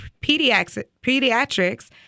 pediatrics